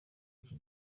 iki